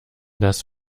das